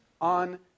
on